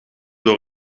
door